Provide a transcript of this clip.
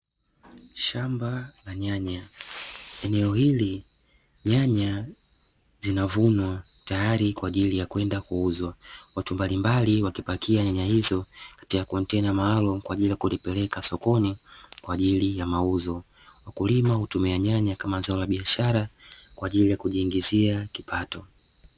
Shamba la nyanya, eneo hili nyanya zinavunwa tayari kwaajili ya kwenda kuuzwa, watu mbalimbali wakipakia nyanya hizo katika kontena maalumu kwa ajili ya kupeleka sokoni kwa ajili ya mauzo, wakulima hutumia nyanya kama zao la biashara kwa ajili ya kujiingizia kipato.